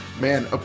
Man